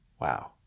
Wow